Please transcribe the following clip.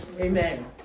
Amen